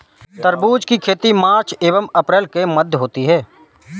तरबूज की खेती मार्च एंव अप्रैल के मध्य होती है